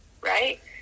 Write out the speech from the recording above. Right